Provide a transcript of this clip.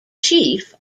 chief